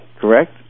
correct